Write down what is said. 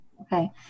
Okay